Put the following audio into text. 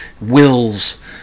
wills